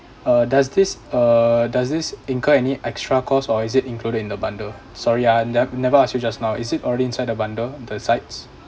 uh does this uh does this incur any extra cost or is it included in the bundle sorry ah nev~ never ask you just now is it already inside a bundle the sides